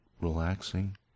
relaxing